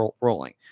rolling